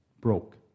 broke